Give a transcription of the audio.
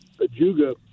ajuga